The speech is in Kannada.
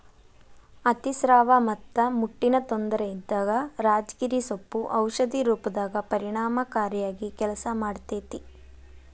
ಅತಿಸ್ರಾವ ಮತ್ತ ಮುಟ್ಟಿನ ತೊಂದರೆ ಇದ್ದಾಗ ರಾಜಗಿರಿ ಸೊಪ್ಪು ಔಷಧಿ ರೂಪದಾಗ ಪರಿಣಾಮಕಾರಿಯಾಗಿ ಕೆಲಸ ಮಾಡ್ತೇತಿ